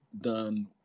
done